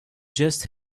just